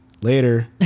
later